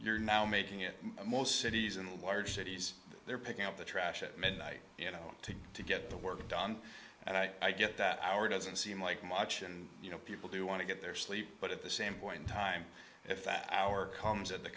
you're now making it most cities in large cities they're picking up the trash at midnight you know to to get the work done and i get that hour doesn't seem like much and you know people do want to get their sleep but at the same point in time if that hour comes at the